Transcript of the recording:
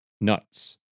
Nuts